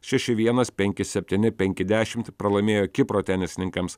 šeši vienas penki septyni penki dešimt pralaimėjo kipro tenisininkams